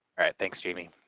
alright thanks, jamie.